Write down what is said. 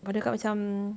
pada kakak macam